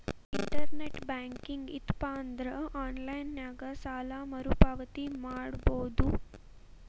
internet banking ಇತ್ತಪಂದ್ರಾ online ನ್ಯಾಗ ಸಾಲ ಮರುಪಾವತಿ ಮಾಡಬೋದು